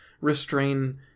restrain